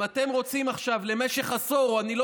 אם אתם רוצים עכשיו למשך עשור או אני לא